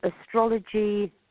astrology